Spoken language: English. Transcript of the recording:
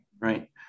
Right